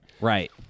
Right